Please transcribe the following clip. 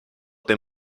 tym